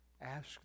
ask